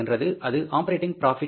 இது operating profit ஆகும்